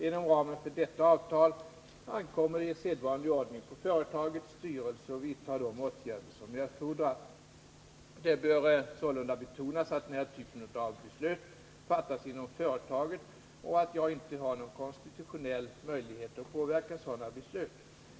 Inom ramen för detta avtal ankommer det i sedvanlig ordning på företagets styrelse att vidta de åtgärder som erfordras. Det bör sålunda betonas att den här typen av beslut fattas inom företaget och att jag inte har någon konstitutionell möjlighet att påverka sådana beslut.